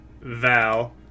Val